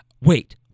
wait